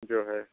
जो है